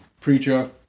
Preacher